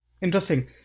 Interesting